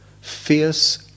fierce